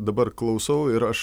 dabar klausau ir aš